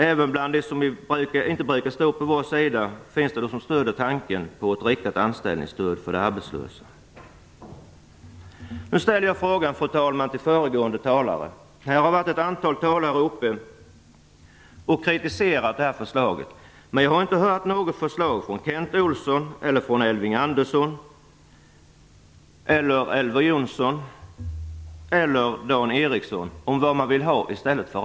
Även bland dem som inte brukar stå på vår sida finns det personer som stödjer tanken på ett riktat anställningsstöd för de arbetslösa. Jag vill nu ställa en fråga, fru talman, till föregående talare. Ett antal talare har kritiserat vårt förslag, men jag har inte hört något förslag från Kent Olsson, Elving Andersson, Elver Jonsson eller Dan Ericsson om något alternativ till RAS.